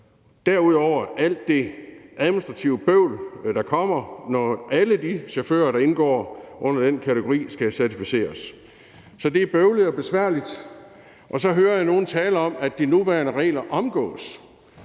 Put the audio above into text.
er der alt det administrative bøvl, der kommer, når alle de chauffører, der indgår i den kategori, skal certificeres. Så det er bøvlet og besværligt. Så hører jeg nogle tale om, at de nuværende regler omgås.